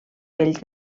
pells